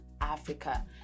Africa